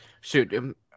shoot